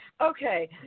okay